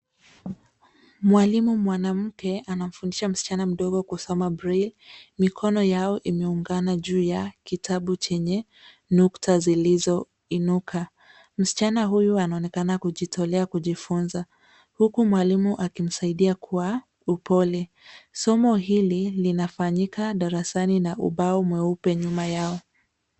Mwalimu mwanamke anamfundisha msichana mdogo kusoma braille .Mikono yao imeungana juu ya kitabu chenye nukta zilizoinuka. Msichana huyu anaonekana kujitolea kujifunza huku mwalimu akimsaidia kwa upole. Somo hili linafanyika darasani na ubao mweupe nyuma yao.